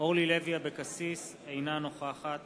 אינה נוכחת